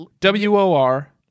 w-o-r